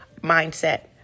mindset